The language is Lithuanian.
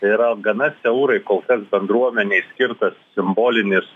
tai yra gana siaurai kol kas bendruomenei skirtas simbolinis